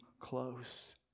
close